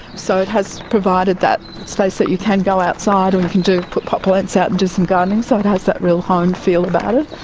so it has provided that space that you can go outside and you can put pot plants out and do some gardening, so it has that real home feel about it,